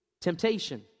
Temptation